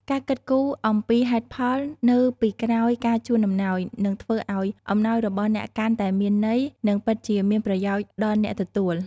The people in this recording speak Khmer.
ការគិតគូរអំពីហេតុផលនៅពីក្រោយការជូនអំណោយ នឹងធ្វើឱ្យអំណោយរបស់អ្នកកាន់តែមានន័យ និងពិតជាមានប្រយោជន៍ដល់អ្នកទទួល។